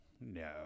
no